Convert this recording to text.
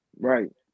Right